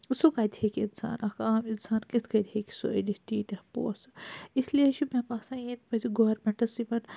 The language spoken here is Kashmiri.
سُہ کتہِ ہیٚکہِ اِنسان اَکھ عام اِنسان کِتھ کٔنۍ ہیٚکہِ سُہ أنِتھ تیٖتِیہ پونٛسہٕ اِسلِے چھُ مےٚ باسان ییٚتہِ پَزِ گورمیٚنٹَس یِمَن